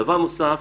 דבר נוסף,